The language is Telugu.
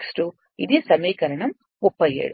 x 2 ఇది సమీకరణం 37